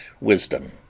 wisdom